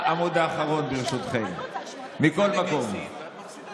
אי-אפשר שאחד מכם יבקש שהוא יסיים ואחד מכם יבקש שהוא יישאר.